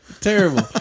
terrible